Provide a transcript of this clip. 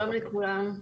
שלום לכולם.